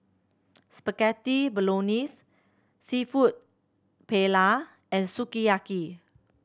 Spaghetti Bolognese Seafood Paella and Sukiyaki